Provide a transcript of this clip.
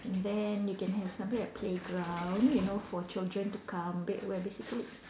and then they can have something like playground you know for children to come ba~ where basically